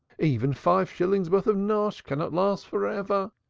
even five shillings' worth of nash cannot last for ever.